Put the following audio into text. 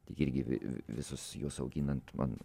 tik irgi vi visus juos auginant man